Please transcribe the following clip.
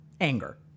anger